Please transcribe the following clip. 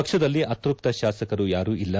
ಪಕ್ಷದಲ್ಲಿ ಅತೃಪ್ತ ಶಾಸಕರು ಯಾರೂ ಇಲ್ಲ